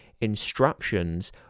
instructions